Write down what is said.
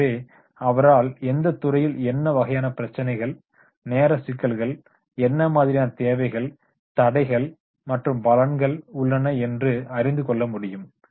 எனவே அவரால் எந்தத் துறையில் என்ன வகையான பிரச்சனைகள் நேர சிக்கல்கள் என்ன மாதிரியான தேவைகள் தடைகள் மற்றும் பலன்கள் உள்ளன என்று அறிந்து கொள்ள முடியும்